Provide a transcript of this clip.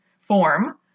form